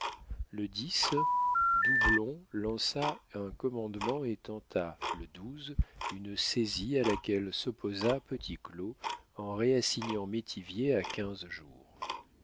le doubl lança un commandement et tenta le une saisie à laquelle s'opposa petit claud en réassignant métivier à quinze jours